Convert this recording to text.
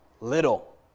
little